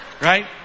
Right